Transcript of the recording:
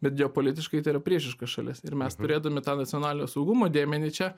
bet geopolitiškai tai yra priešiška šalis ir mes turėdami tą nacionalinio saugumo dėmenį čia